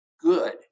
good